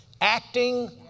acting